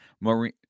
Marine